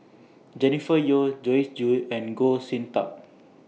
Jennifer Yeo Joyce Jue and Goh Sin Tub